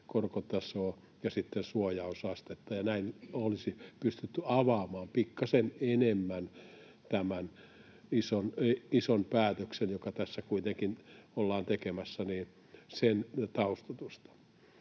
korkotasoa — ja sitten suojausastetta. Ja näin olisi pystytty avaamaan pikkasen enemmän tämän ison päätöksen, joka tässä kuitenkin ollaan tekemässä, taustoitusta.